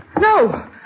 No